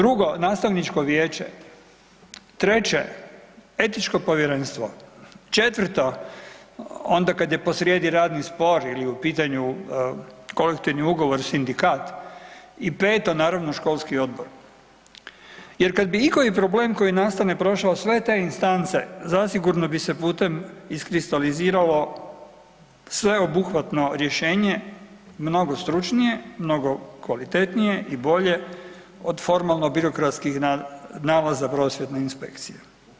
2. Nastavničko vijeće, 3. Etičko povjerenstvo, 4. onda kada je posrijedi radni spor ili je u pitanju kolektivni ugovor, sindikat i 5. naravno Školski odbor jer kada bi ikoji problem kad nastane prošao sve te instance zasigurno bi se putem iskristaliziralo sveobuhvatno rješenje mnogo stručnije, mnogo kvalitetnije i bolje od formalno birokratskih nalaza prosvjetne inspekcije.